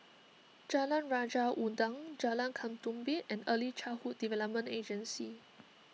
Jalan Raja Udang Jalan Ketumbit and Early Childhood Development Agency